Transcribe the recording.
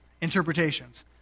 interpretations